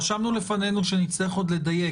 רשמנו לפנינו שנצטרך עוד לדייק,